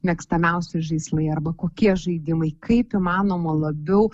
mėgstamiausi žaislai arba kokie žaidimai kaip įmanoma labiau